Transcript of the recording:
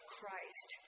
Christ